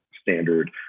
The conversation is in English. standard